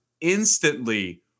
instantly